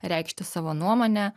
reikšti savo nuomonę